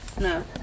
No